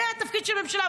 זה התפקיד של ממשלה.